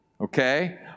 okay